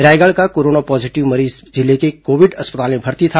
रायगढ़ का corona positive मरीज जिले के कोविड अस्पताल में भर्ती था